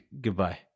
Goodbye